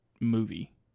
movie